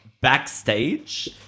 backstage